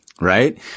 Right